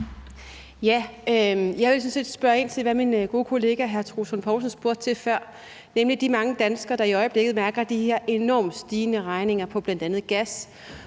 set spørge ind til, hvad min gode kollega hr. Troels Lund Poulsen spurgte til før, nemlig de mange danskere, der i øjeblikket mærker de her enorme stigninger på regninger på bl.a. gas,